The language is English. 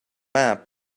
map